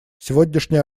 сегодняшнее